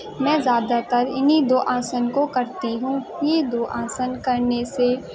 میں زیادہ تر انہیں دو آسن کو کرتی ہوں یہ دو آسن کرنے سے